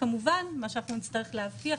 כמובן שנצטרך להבטיח,